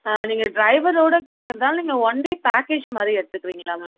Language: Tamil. நீங்கள் ட்ரைவரோட கேட்கறதால நீங்கள் ஒன் டே பேக்கேஜ்மாதிரி எடுத்துக்குறீங்களா மேம்